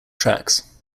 tracks